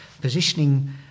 Positioning